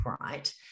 right